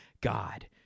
God